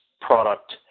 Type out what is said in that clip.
product